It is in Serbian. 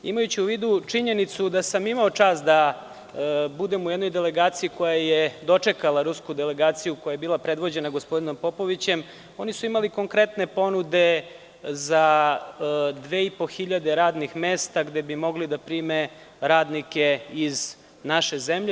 Imajući u vidu činjenicu da sam imao čast da budem u jednoj delegaciji koja je dočekala rusku delegaciju, koja je bila predvođena gospodinom Popovićem, oni su imali konkretne ponude za 2.500 radnih mesta, gde bi mogli da prime radnike iz naše zemlje.